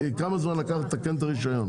יש לכם אלף תקנות, תוסיפו עוד תקנה.